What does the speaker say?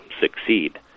succeed